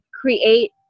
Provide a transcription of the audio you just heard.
create